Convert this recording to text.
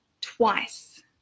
twice